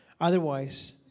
Otherwise